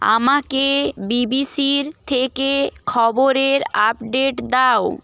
আমাকে বিবিসির থেকে খবরের আপডেট দাও